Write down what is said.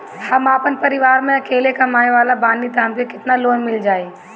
हम आपन परिवार म अकेले कमाए वाला बानीं त हमके केतना लोन मिल जाई?